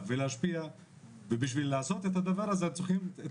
ולהשפיע ובשביל לעשות את הדבר הזה אנחנו צריכים את